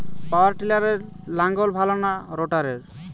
পাওয়ার টিলারে লাঙ্গল ভালো না রোটারের?